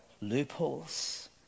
loopholes